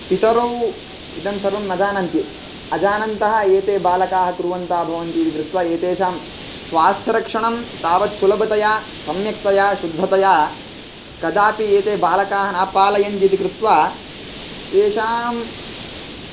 पितरौ इदं सर्वं न जानन्ति अजानन्तः एते बालकाः कुर्वन्तः भवन्ति इति कृत्वा एतेषां स्वास्थ्यरक्षणं तावत् सुलभतया सम्यक्तया शुद्धतया कदापि एते बालकाः न पालयन्ति इति कृत्वा तेषाम्